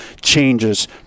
changes